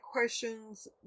questions